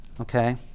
okay